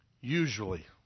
usually